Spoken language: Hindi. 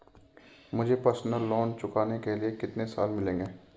मुझे पर्सनल लोंन चुकाने के लिए कितने साल मिलेंगे?